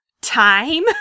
time